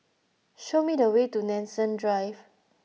show me the way to Nanson Drive